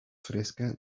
fresca